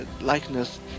likeness